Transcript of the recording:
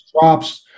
drops